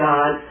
God